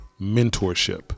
mentorship